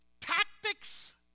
tactics